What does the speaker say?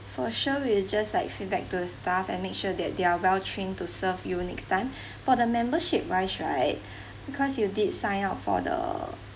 for sure we'll just like feedback to the staff and make sure that they are well trained to serve you next time for the membership wise right because you did sign up for the